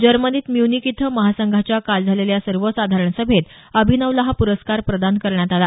जर्मनीत म्यूनिक इथं महासंघाच्या काल झालेल्या सर्वसाधारण सभेत अभिनवला हा पुरस्कार प्रदान करण्यात आला